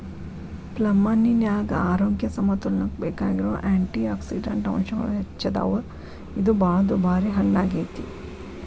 ಪ್ಲಮ್ಹಣ್ಣಿನ್ಯಾಗ ಆರೋಗ್ಯ ಸಮತೋಲನಕ್ಕ ಬೇಕಾಗಿರೋ ಆ್ಯಂಟಿಯಾಕ್ಸಿಡಂಟ್ ಅಂಶಗಳು ಹೆಚ್ಚದಾವ, ಇದು ಬಾಳ ದುಬಾರಿ ಹಣ್ಣಾಗೇತಿ